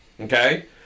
Okay